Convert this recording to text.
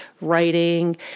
writing